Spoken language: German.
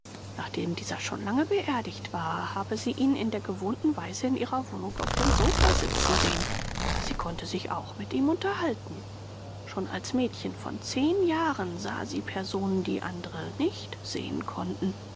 nachdem dieser schon lange beerdigt war habe sie ihn in der gewohnten weise in ihrer wohnung auf dem sofa sitzen sehen sie konnte sich auch mit ihm unterhalten schon als mädchen von zehn jahren sah sie personen die andere nicht sehen könnten